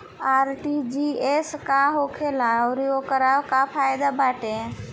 RTGS का होखेला और ओकर का फाइदा बाटे?